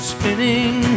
Spinning